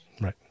right